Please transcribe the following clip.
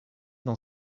dans